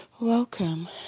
Welcome